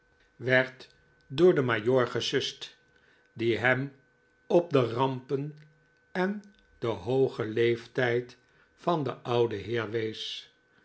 werd door den majoor wmim gesust die hem op de rampen en den hoogen leeftijd van den ouden